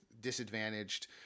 disadvantaged